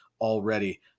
already